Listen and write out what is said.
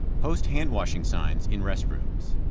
post hand-washing signs in restrooms.